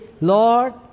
Lord